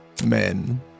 men